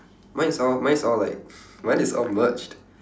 mine is all mine is all like mine is all merged